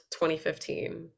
2015